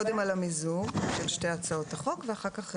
קודם על המיזוג של שתי הצעות החוק ואחר-כך אישור.